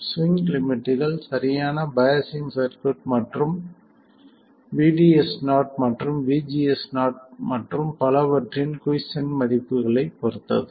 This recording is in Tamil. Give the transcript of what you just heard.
ஸ்விங் லிமிட்கள் சரியான பையாஸ்சிங் சர்க்யூட் மற்றும் VDS0 மற்றும் VGS0 மற்றும் பலவற்றின் குய்ஸ்சென்ட் மதிப்புகளைப் பொறுத்தது